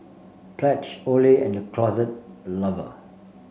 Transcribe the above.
pledge Olay and The Closet Lover